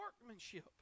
workmanship